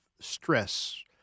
stress